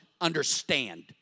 understand